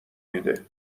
میده